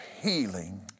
healing